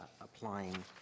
applying